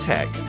Tech